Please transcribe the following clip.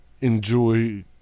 enjoy